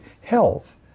Health